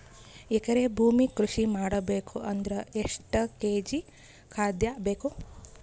ಎಕರೆ ಭೂಮಿ ಕೃಷಿ ಮಾಡಬೇಕು ಅಂದ್ರ ಎಷ್ಟ ಕೇಜಿ ಖಾದ್ಯ ಬೇಕು?